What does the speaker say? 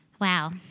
Wow